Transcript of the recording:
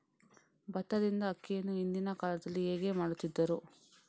ಭತ್ತದಿಂದ ಅಕ್ಕಿಯನ್ನು ಹಿಂದಿನ ಕಾಲದಲ್ಲಿ ಹೇಗೆ ಮಾಡುತಿದ್ದರು?